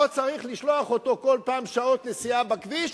לא צריך לשלוח אותו כל פעם שעות נסיעה בכביש,